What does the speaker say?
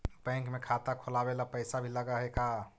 Bank में खाता खोलाबे ल पैसा भी लग है का?